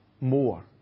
more